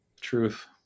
Truth